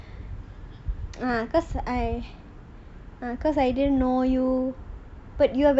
ya because I didn't know you but you are very different from her very different